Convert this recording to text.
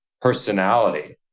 personality